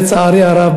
לצערי הרב,